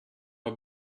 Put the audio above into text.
her